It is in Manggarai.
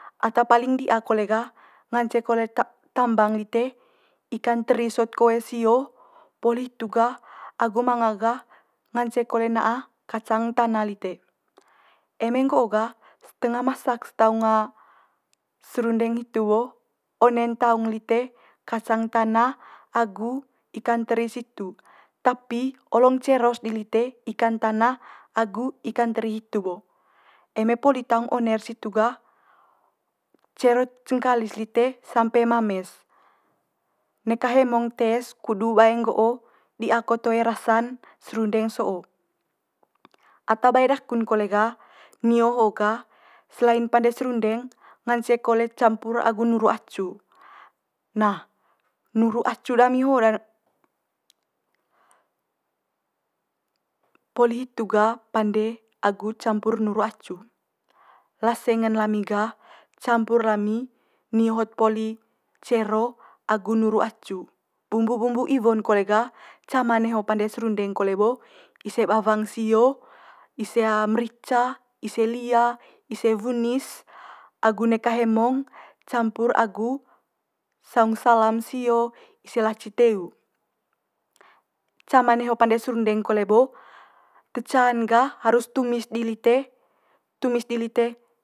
Ata paling di'a kole gah nagance kole ta- tambang lite ikan teri sot koe sio poli hitu gah agu manga gah nganceng kole na'a kacang tana lite. Eme nggo'o gah setenga masak's taung serundeng hitu bo one'n taung lite kacang tana agu ikan teri situ. Tapi olong cero's di lite ikan tana agu ikan teri hitu bo. Eme poli taung one'r situ gah cero cengkali's lite sampe mame's neka hemong tes kudu bae nggo'o di'a ko toe rasa'n serundeng so'o. Ata bae daku'n kole gah nio ho gah selain pande serundeng ngance kole campur agu nuru acu. Nah, nuru acu dami ho poli hitu gah pande agu campur nuru acu. Laseng'n lami gah campur lami nio hot poli cero agu nuru acu, bumbu bumbu iwo'n kole gah cama neho pande serundeng kole bo ise bawang sio, ise merica, ise lia, ise wunis, agu neka hemong campur agu saung salam sio ise laci teu. Cama neho pande serundeng kole bo, te ca'n gah harus tumis di lite tumis di lite.